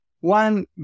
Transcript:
One